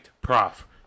prof